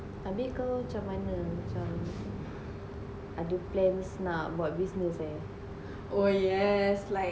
abih kau macam mana macam ada plans nak buat business eh